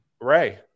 Ray